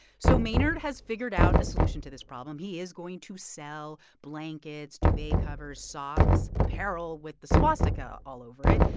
so maynard has figured out a solution to this problem. he is going to sell blankets, duvet covers, socks, apparel with the swastika all over it.